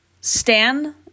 Stan